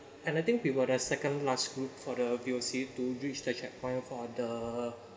and I think we were the second last group for the V_O_C to reach the checkpoint for the